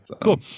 Cool